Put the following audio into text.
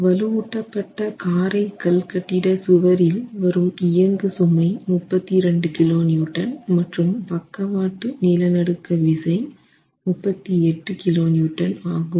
வலுவூட்டப்பட்ட காரை கல்கட்டிட சுவரில் வரும் இயங்கு சுமை 32 kN மேலும் பக்கவாட்டு நிலநடுக்க விசை 38 kN ஆகும்